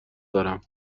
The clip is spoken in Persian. دارم